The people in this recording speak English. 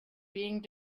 being